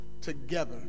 together